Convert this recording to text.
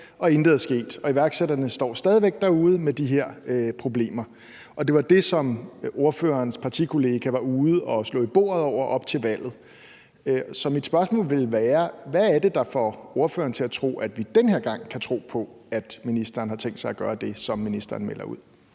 og intet er sket, og iværksætterne står stadig væk derude med de her problemer. Og det var det, som ordførerens partikollega var ude at slå i bordet over op til valget. Så mit spørgsmål vil være: Hvad er det, der får ordføreren til at tro, at vi den her gang kan tro på, at ministeren har tænkt sig at gøre det, som ministeren melder ud?